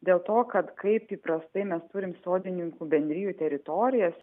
dėl to kad kaip įprastai mes turim sodininkų bendrijų teritorijas